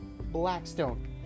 Blackstone